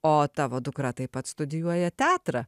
o tavo dukra taip pat studijuoja teatrą